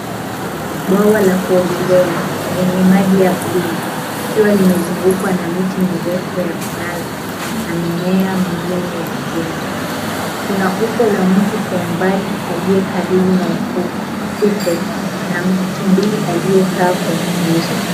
Bwawa la kuogelea lenye maji ya bluu ikiwa limezungukwa na miti mirefu ya minazi na mimea mingine ya kijani. Kuna umbo la mtu kwa umbali aliye karibu na ufukwe na tumbili aliyekaa kwenye nguzo.